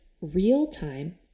real-time